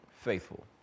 faithful